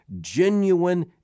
Genuine